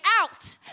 out